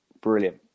brilliant